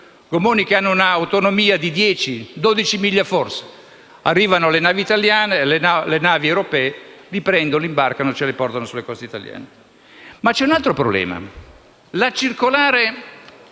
gommoni, che hanno un'autonomia di 10-12 miglia. Arrivano le navi europee, li prendono, li imbarcano e ce li portano sulle coste italiane. C'è poi un altro problema: la circolare